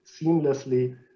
seamlessly